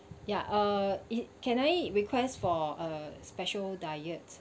ya uh it can I request for uh special diets